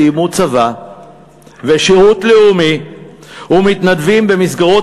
סיימו צבא ושירות לאומי ומתנדבים במסגרות